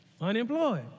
Unemployed